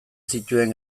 zituen